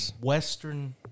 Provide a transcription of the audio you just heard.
Western